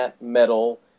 Metal